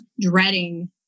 dreading